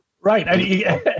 Right